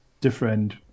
different